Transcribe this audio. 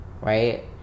right